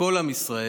כל עם ישראל,